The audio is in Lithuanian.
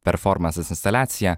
performansas instaliacija